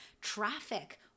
traffic